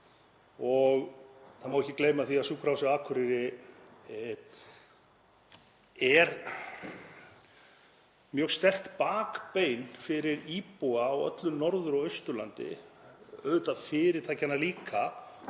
Það má ekki gleyma því að Sjúkrahúsið á Akureyri er mjög sterkt bakbein fyrir íbúa á öllu Norður- og Austurlandi, auðvitað fyrirtækjanna líka